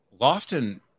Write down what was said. Lofton –